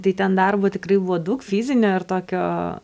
tai ten darbo tikrai buvo daug fizinio ir tokio